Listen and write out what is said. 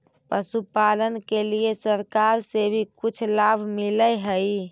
पशुपालन के लिए सरकार से भी कुछ लाभ मिलै हई?